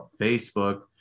Facebook